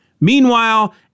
Meanwhile